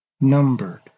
numbered